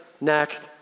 next